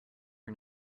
are